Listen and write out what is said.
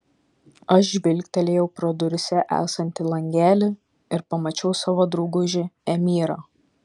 aš žvilgtelėjau pro duryse esantį langelį ir pamačiau savo draugužį emyrą